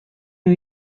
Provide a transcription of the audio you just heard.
new